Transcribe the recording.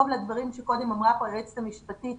לדברים שאמרה כאן קודם היועצת המשפטית